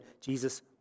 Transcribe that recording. Jesus